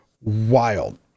wild